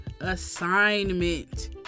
assignment